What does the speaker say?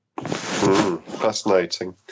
Fascinating